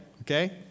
okay